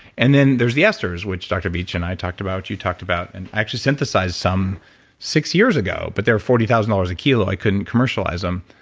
and then, there's the esters, which dr. veech and i talked about you talked about, and i actually synthesized some six years ago, but they're forty thousand dollars a kilo, i couldn't commercialize them.